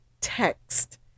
text